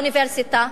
באוניברסיטה,